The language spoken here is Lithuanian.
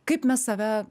kaip mes save